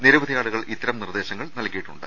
നിരവധിയാളുകൾ ഇത്ത്രം നിർദ്ദേശങ്ങൾ നൽകിയിട്ടുണ്ട്